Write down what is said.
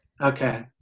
Okay